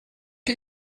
chi